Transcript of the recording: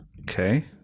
Okay